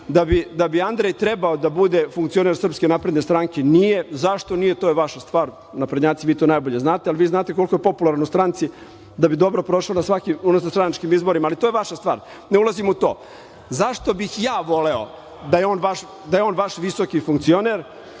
da bi Andrej trebao da bude funkcioner SNS, zašto nije to je stvar, naprednjaci vi to najbolje znate, ali vi znate koliko je popularan u stranci, da bi dobro prošao na svakim unutar stranačkim izborima, to je vaša stvar, ne ulazim u to. Zašto bih ja voleo da je on vaš visoki funkcioner